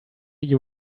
you